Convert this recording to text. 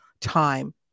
time